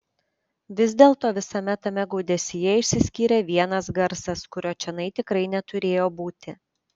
vis dėlto visame tame gaudesyje išsiskyrė vienas garsas kurio čionai tikrai neturėjo būti